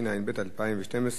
התשע"ב 2012,